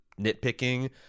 nitpicking